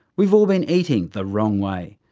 we've all been eating the wrong way.